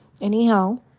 anyhow